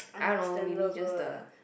I don't know maybe just the